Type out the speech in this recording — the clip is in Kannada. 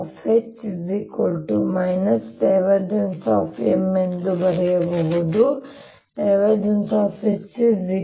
M ಎಂದು ನಾನು ಬರೆಯಬಹುದು ಇದು